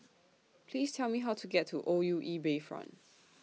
Please Tell Me How to get to O U E Bayfront